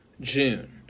June